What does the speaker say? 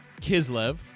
Kislev